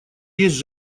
есть